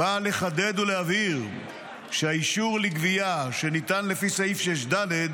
באה לחדד ולהבהיר שהאישור לגבייה שניתן לפי סעיף 6(ד)